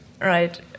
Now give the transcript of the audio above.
Right